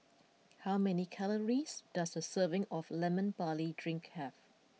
how many calories does a serving of Lemon Barley Drink have